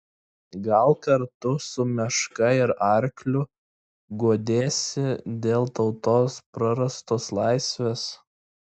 gal kartu su meška ir arkliu guodėsi dėl tautos prarastos laisvės